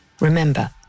Remember